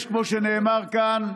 יש, כמו שנאמר כאן,